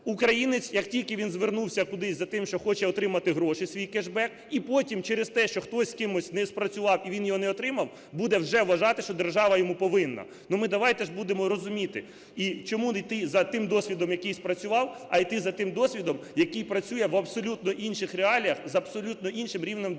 українець, як тільки він звернувся кудись за тим, що хоче отримати гроші, свій кешбек, і потім через те, що хтось з кимось не спрацював і він його не отримав, буде вже вважати, що держава йому повинна. Ну ми давайте ж будемо розуміти. І чому не йти за тим досвідом, який спрацював, а йти за тим досвідом, який працює в абсолютно інших реаліях з абсолютно іншим рівнем державної